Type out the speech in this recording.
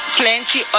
plenty